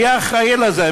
מי אחראי לזה?